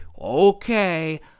Okay